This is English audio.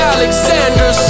Alexander